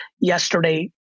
yesterday